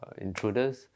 intruders